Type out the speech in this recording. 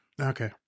Okay